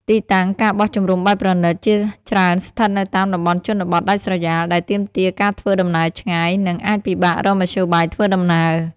ទីតាំង ការបោះជំរំបែបប្រណីត ជាច្រើនស្ថិតនៅតាមតំបន់ជនបទដាច់ស្រយាល ដែលទាមទារការធ្វើដំណើរឆ្ងាយ និងអាចពិបាករកមធ្យោបាយធ្វើដំណើរ។